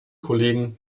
kollegen